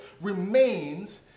remains